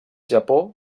japó